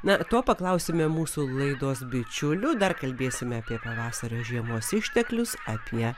na to paklausime mūsų laidos bičiulių dar kalbėsime apie pavasario žiemos išteklius apie